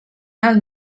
alt